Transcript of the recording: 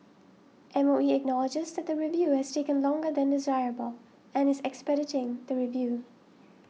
M O E acknowledges that the review has taken longer than desirable and is expediting the review